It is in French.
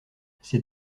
ces